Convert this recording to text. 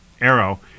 arrow